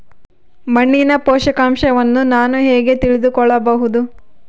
ಮಣ್ಣಿನ ಪೋಷಕಾಂಶವನ್ನು ನಾನು ಹೇಗೆ ತಿಳಿದುಕೊಳ್ಳಬಹುದು?